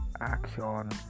action